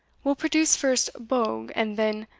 will produce first bogh, and then,